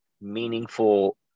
meaningful